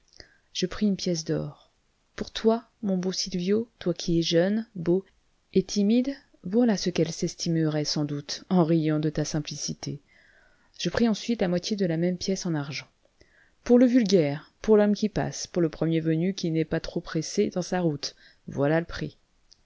je pris une pièce d'or pour toi mon bon sylvio toi qui es jeune beau et timide voilà ce qu'elle s'estimerait sans doute en riant de ta simplicité je pris ensuite la moitié de la même pièce en argent pour le vulgaire pour l'homme qui passe pour le premier venu qui n'est pas trop pressé dans sa route voilà le prix